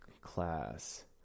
class